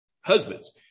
Husbands